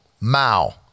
Mao